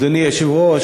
אדוני היושב-ראש,